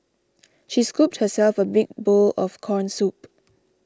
she scooped herself a big bowl of Corn Soup